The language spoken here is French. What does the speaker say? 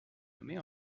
nommée